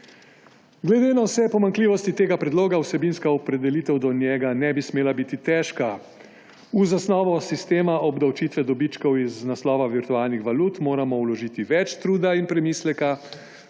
Glede na vse pomanjkljivosti tega predloga vsebinska opredelitev do njega ne bi smela biti težka. V zasnovo sistema obdavčitve dobičkov iz naslova virtualnih valut moramo vložiti več truda in premisleka,